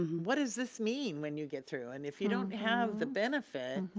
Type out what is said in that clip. what does this mean when you get through? and if you don't have the benefit,